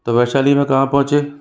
तो वैशाली नगर कहाँ पहुँचे